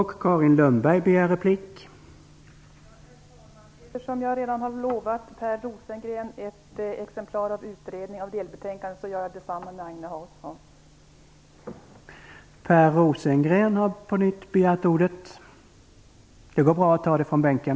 Herr talman! Eftersom jag redan har lovat Per Rosengren ett exemplar av utredningens delbetänkande gör jag detsamma i fråga om Agne Hansson.